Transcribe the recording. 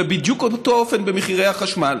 ובדיוק באותו אופן במחירי החשמל.